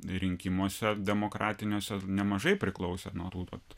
rinkimuose demokratiniuose nemažai priklausė nuo tų vat